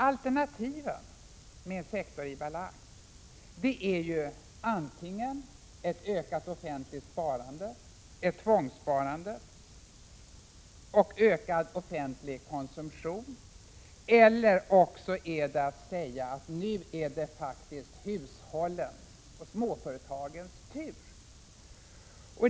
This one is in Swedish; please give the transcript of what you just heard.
Alternativen vid en sektor i balans är antingen ett ökat offentligt sparande, ett tvångssparande och ökad offentlig konsumtion eller att det sägs att det nu faktiskt är hushållens och småföretagens tur att tillgodogöra sig tillväxten.